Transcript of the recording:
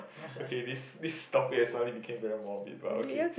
okay this this topic has suddenly became very morbid but okay